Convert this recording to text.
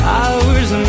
hours